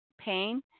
pain